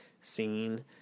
Scene